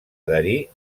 adherir